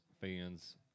fans